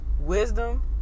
wisdom